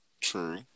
true